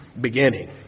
beginning